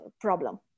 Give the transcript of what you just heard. problem